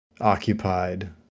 occupied